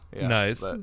Nice